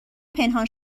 پنهان